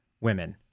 women